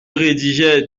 rédigeait